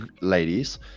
ladies